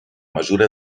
mesura